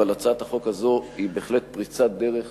אבל הצעת החוק הזו היא בהחלט פריצת דרך